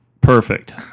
Perfect